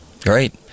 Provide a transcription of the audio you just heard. Great